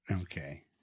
Okay